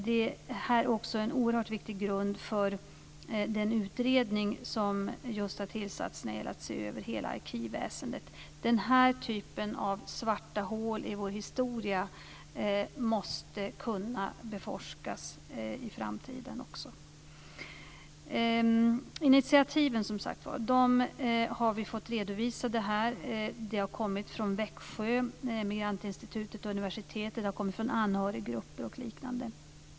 Det här är också en oerhört viktig grund för den utredning som just har tillsatts som ska se över hela arkivväsendet. Den här typen av svarta hål i vår historia måste kunna beforskas i framtiden också. Vi har fått initiativen redovisade här. De har kommit från Växjö - Emigrantinstitutet och universitetet - och det har kommit från anhöriggrupper och liknande.